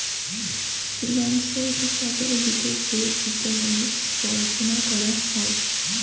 ফিন্যান্সের হিসাবের লিগে যে ইকোনোমিক্স পড়াশুনা করা হয়